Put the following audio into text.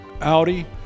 Audi